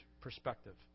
perspective